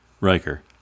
Riker